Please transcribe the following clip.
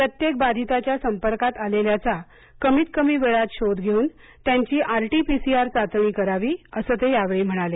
प्रत्येक बधीताच्या संपर्कात आलेल्याचा कमीत कमी वेळात शोध घेऊन त्यांची R T P C R चाचणी करावी असं ते यावेळी म्हणाले